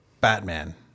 Batman